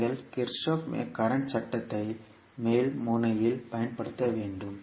நீங்கள் கிர்ச்சாஃப் மின்சார சட்டத்தை மேல் முனையில் பயன்படுத்த வேண்டும்